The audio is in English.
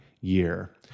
year